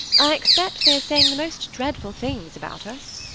i expect they are saying the most dreadful things about us.